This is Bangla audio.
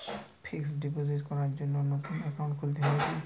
ফিক্স ডিপোজিট করার জন্য নতুন অ্যাকাউন্ট খুলতে হয় কী?